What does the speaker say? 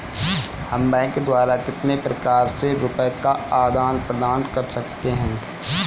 हम बैंक द्वारा कितने प्रकार से रुपये का आदान प्रदान कर सकते हैं?